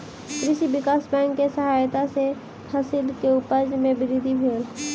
भूमि विकास बैंक के सहायता सॅ फसिल के उपज में वृद्धि भेल